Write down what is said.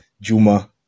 Juma